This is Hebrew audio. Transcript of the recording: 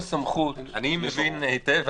אני מבין היטב,